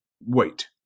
wait